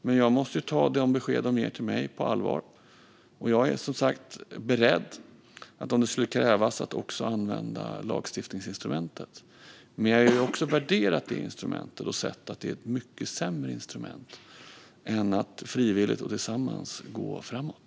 Men jag måste ta de besked man ger till mig på allvar. Jag är som sagt beredd att använda lagstiftningsinstrumentet om det krävs, men jag har också värderat det instrumentet och sett att det är ett mycket sämre instrument än att frivilligt och tillsammans gå framåt.